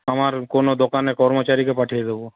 আমার কোনো দোকানের কর্মচারীকে পাঠিয়ে দেবো